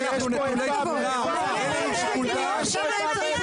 אין לנו שיקול דעת?